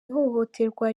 ihohoterwa